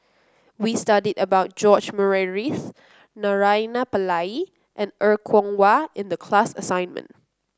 we studied about George Murray Reith Naraina Pillai and Er Kwong Wah in the class assignment